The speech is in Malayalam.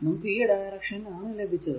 നമുക്ക് ഈ ഡയറക്ഷൻ ആണ് ലഭിച്ചത്